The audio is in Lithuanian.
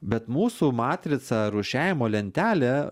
bet mūsų matrica rūšiavimo lentelė